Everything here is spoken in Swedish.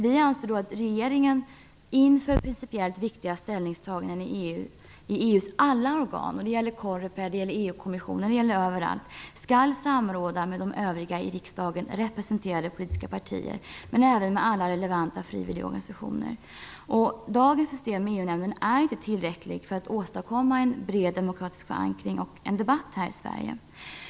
Vi anser att regeringen inför principiellt viktiga ställningstaganden i EU:s alla organ - det gäller COREPER, det gäller EU-kommissioner, det gäller överallt - skall samråda med övriga i riksdagen representerade politiska partier, men även med alla relevanta frivilligorganisationer. Dagens system med EU nämnden är inte tillräckligt för att åstadkomma en bred demokratisk förankring och debatt här i Sverige.